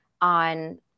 on